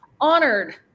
honored